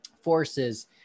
forces